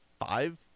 five